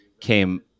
came